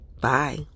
Bye